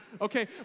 okay